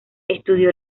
estudió